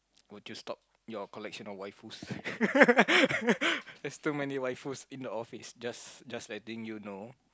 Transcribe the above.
would you stop your collection of waifus there's too many waifus in the office just letting you know